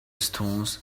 stones